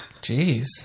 Jeez